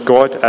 God